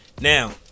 Now